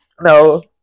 no